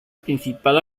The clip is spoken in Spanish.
principal